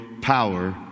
power